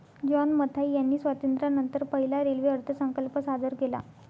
John Mathai यांनी स्वातंत्र्यानंतर पहिला रेल्वे अर्थसंकल्प सादर केला